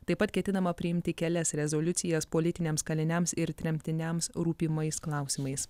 taip pat ketinama priimti kelias rezoliucijas politiniams kaliniams ir tremtiniams rūpimais klausimais